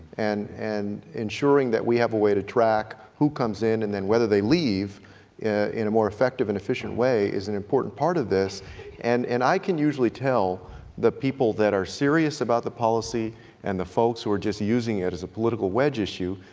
and and ensuring that we have a way to track who comes in and then whether they leave in a more effective and efficient way is an important part of this this, and i can usually tell the people that are serious about the policy and the folks who are just using it as a political wedge issue,